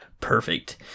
Perfect